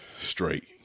straight